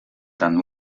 tant